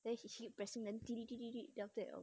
then he keep pressing then then after that err